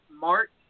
March